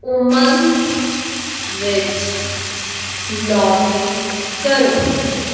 ਉਮੰਗ ਵਿੱਚ ਲੌਗਇਨ ਕਰੋ